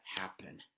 happen